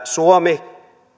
suomi